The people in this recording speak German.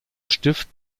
stift